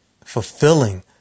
fulfilling